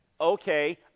okay